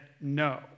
no